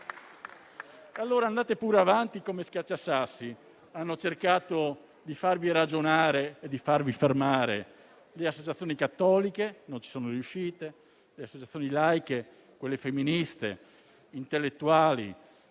Andate pure avanti come schiacciasassi. Hanno cercato di farvi ragionare e di fermarvi le associazioni cattoliche (ma non ci sono riuscite), le associazioni laiche, quelle femministe, e poi intellettuali